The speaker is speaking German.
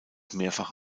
mehrfach